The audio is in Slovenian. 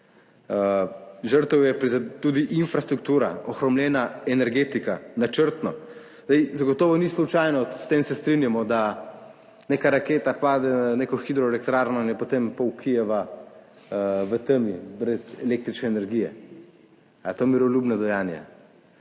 Žrtev je tudi infrastruktura, ohromljena energetika, načrtno. Zagotovo ni slučajno, s tem se strinjamo, da neka raketa pade na neko hidroelektrarno in je potem pol Kijeva v temi, brez električne energije. Ali je to miroljubno dejanje?